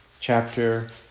chapter